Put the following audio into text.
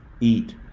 eat